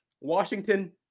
Washington